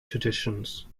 traditions